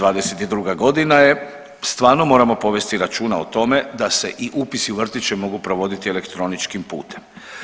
2022. godina je, stvarno moramo povesti računa o tome da se i upisi u vrtiće mogu provoditi elektroničkim putem.